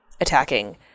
attacking